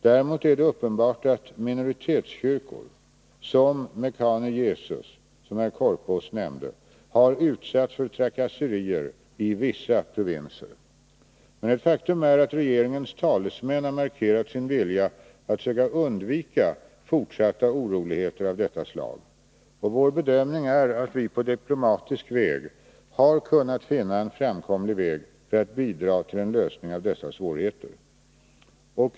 Däremot är det uppenbart att minoritetskyrkor som Mekane Yesus-kyrkan, som Sture Korpås nämnde, har utsatts för trakasserier i vissa provinser. Ett faktum är att regeringens talesman har markerat sin vilja att försöka undvika fortsatta oroligheter av detta slag. Vår bedömning är att vi på diplomatisk väg har kunnat finna en framkomlig väg för att bidra till lösning av dessa svårigheter.